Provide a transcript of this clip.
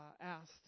asked